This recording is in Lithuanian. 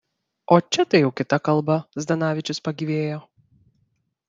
o čia tai jau kita kalba zdanavičius pagyvėjo